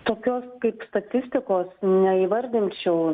tokios kaip statistikos neįvardinčiau